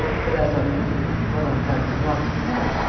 but, as, on the other hand, vorenglade was not in paris,